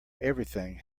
everything